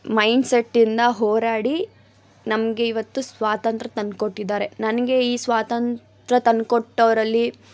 ಮೈಂಡ್ಸೆಟ್ಟಿಂದ ಹೋರಾಡಿ ನಮಗೆ ಇವತ್ತು ಸ್ವಾತಂತ್ರ್ಯ ತಂದುಕೊಟ್ಟಿದ್ದಾರೆ ನನಗೆ ಈ ಸ್ವಾತಂತ್ರ್ಯ ತಂದುಕೊಟ್ಟವ್ರಲ್ಲಿ